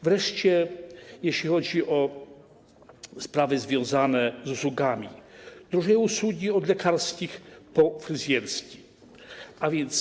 Wreszcie jeśli chodzi o sprawy związane z usługami, drożeją usługi: od lekarskich po fryzjerskie.